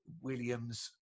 Williams